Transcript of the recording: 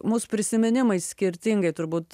mus prisiminimai skirtingai turbūt